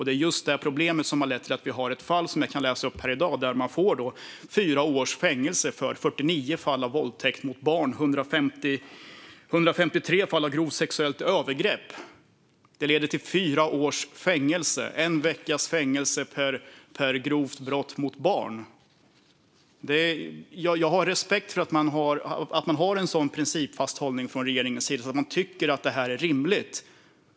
Det är just det problemet som har lett till det fall jag läste upp här i dag, där en man får fyra års fängelse för 49 fall av våldtäkt mot barn och 153 fall av grovt sexuellt övergrepp. Det leder till fyra års fängelse, en veckas fängelse per grovt brott mot barn. Jag har respekt för att man har en sådan principfast hållning från regeringens sida att man tycker att det här är rimligt.